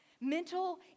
mental